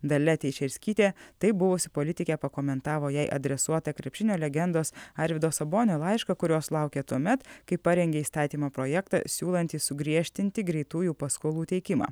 dalia teišerskytė taip buvusi politikė pakomentavo jai adresuotą krepšinio legendos arvydo sabonio laišką kurio sulaukė tuomet kai parengė įstatymo projektą siūlantį sugriežtinti greitųjų paskolų teikimą